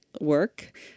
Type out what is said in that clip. work